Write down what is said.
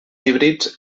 híbrids